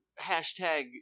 hashtag